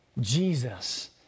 Jesus